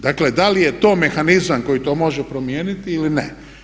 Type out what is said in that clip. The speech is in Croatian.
Dakle, da li je to mehanizam koji to može promijeniti ili ne?